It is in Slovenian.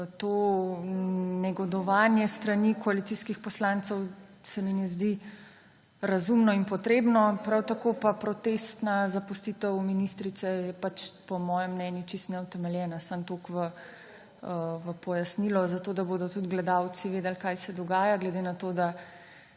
to negodovanje s strani koalicijskih poslancev ne zdi razumno in potrebno, prav tako pa protestna zapustitev ministrice je po mojem mnenju čisto neutemeljena. Samo toliko v pojasnilo, zato da bodo tudi gledalci vedeli, kaj se dogaja, glede na to, da